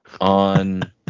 on